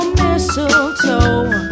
mistletoe